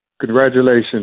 congratulations